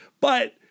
But-